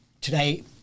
today